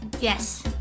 Yes